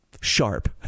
sharp